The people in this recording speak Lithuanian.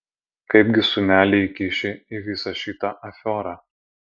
kaipgi sūnelį įkiši į visą šitą afiorą